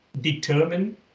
determine